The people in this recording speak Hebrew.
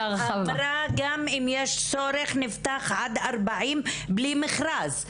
אמרת שאם יש צורך נפתח עד 40 בלי מכרז.